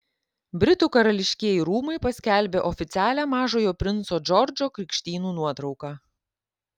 britų karališkieji rūmai paskelbė oficialią mažojo princo džordžo krikštynų nuotrauką